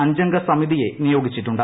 അഞ്ചംഗ സമിതിയെ നിയോഗിച്ചിട്ടുണ്ട്